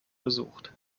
besucht